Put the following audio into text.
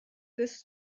this